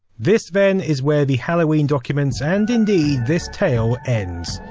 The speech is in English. this, then is where the halloween documents, and indeed, this tale ends.